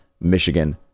michigan